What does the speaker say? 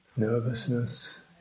Nervousness